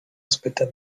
spytam